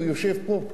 הוא יושב פה,